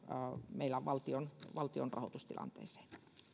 on valtion valtion rahoitustilanteeseen